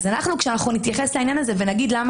כאשר נתייחס לעניין הזה ונגיד למה